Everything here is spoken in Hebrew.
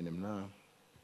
מי נמנע?